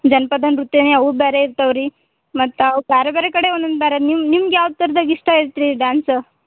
ಜನಪದ ನೃತ್ಯನೇ ಅವು ಬೇರೆ ಇರ್ತಾವೆ ರೀ ಮತ್ತು ಅವು ಬೇರೆ ಬೇರೆ ಕಡೆ ಒನ್ನೊಂದು ಬೇರೆ ನಿಮ್ಗೆ ಯಾವ ತರ್ದಾಗ ಇಷ್ಟು ಐತ್ರಿ ಡಾನ್ಸ